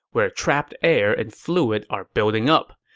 where trapped air and fluid are building up.